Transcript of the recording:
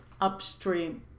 upstream